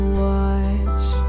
watch